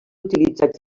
utilitzats